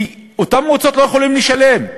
כי אותן מועצות לא יכולות לשלם.